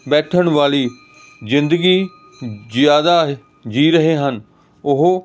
ਬੈਠਣ ਵਾਲੀ ਜ਼ਿੰਦਗੀ ਜ਼ਿਆਦਾ ਜੀਅ ਰਹੇ ਹਨ ਉਹ